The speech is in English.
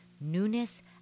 newness